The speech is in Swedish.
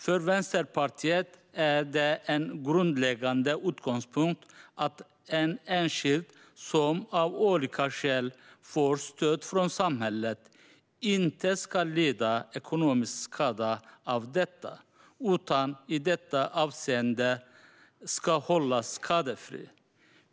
För Vänsterpartiet är det en grundläggande utgångspunkt att en enskild som av olika skäl får stöd från samhället inte ska lida ekonomisk skada av detta utan i detta avseende hållas skadefri.